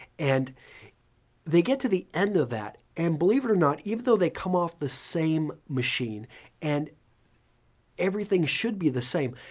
and they get to the end of that and believe it or not, even though they come off the same machine and everything should be the same,